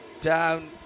Down